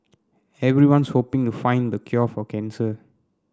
everyone's hoping to find the cure for cancer